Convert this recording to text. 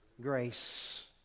Grace